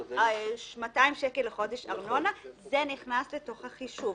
200 שקל לחודש ארנונה וזה נכנס לתוך החישוב.